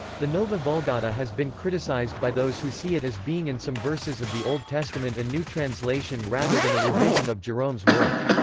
the nova vulgata has been criticized by those who see it as being in some verses of the old testament a new translation rather than a revision of jerome's work.